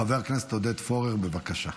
חבר הכנסת עודד פורר, בבקשה,